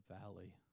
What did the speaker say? valley